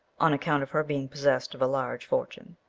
on account of her being possessed of a large fortune.